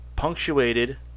punctuated